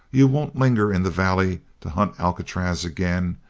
you won't linger in the valley to hunt alcatraz again?